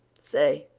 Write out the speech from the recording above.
say,